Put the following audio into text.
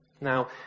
Now